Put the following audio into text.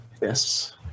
Yes